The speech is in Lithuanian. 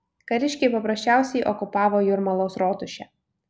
kariškiai paprasčiausiai okupavo jūrmalos rotušę